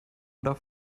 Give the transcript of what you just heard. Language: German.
oder